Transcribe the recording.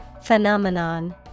Phenomenon